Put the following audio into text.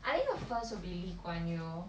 I think the first would be lee kuan yew